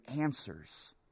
answers